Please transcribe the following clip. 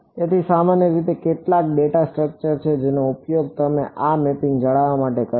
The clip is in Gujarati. તેથી સામાન્ય રીતે કેટલાક ડેટા સ્ટ્રક્ચર છે જેનો ઉપયોગ તમે આ મેપિંગને જાળવવા માટે કરશો